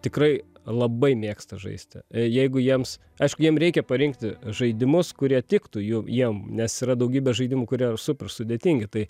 tikrai labai mėgsta žaisti jeigu jiems aišku jiem reikia parinkti žaidimus kurie tiktų jų jiem nes yra daugybė žaidimų kurie ir super sudėtingi tai